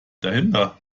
dahinter